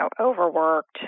overworked